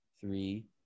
three